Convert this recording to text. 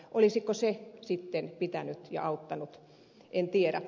olisiko se sitten auttanut en tiedä